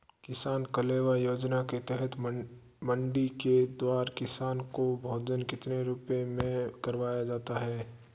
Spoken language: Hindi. किसान कलेवा योजना के तहत मंडी के द्वारा किसान को भोजन कितने रुपए में करवाया जाता है?